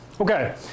Okay